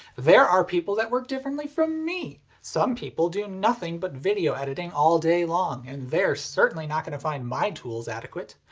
there are people that work differently from me! some people do nothing but video editing all day long, and they're certainly not gonna find my tools adequate.